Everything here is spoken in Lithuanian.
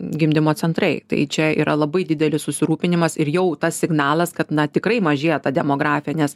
gimdymo centrai tai čia yra labai didelis susirūpinimas ir jau tas signalas kad na tikrai mažėja ta demografija nes